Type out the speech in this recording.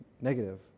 negative